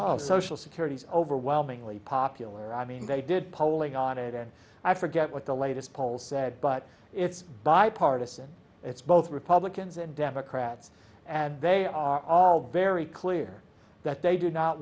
social security's overwhelmingly popular i mean they did polling on it and i forget what the latest poll said but it's bipartisan it's both republicans and democrats and they are very clear that they do not